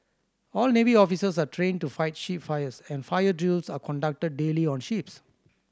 all navy officers are trained to fight ship fires and fire drills are conducted daily on ships